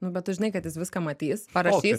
nu bet tu žinai kad jis viską matys parašys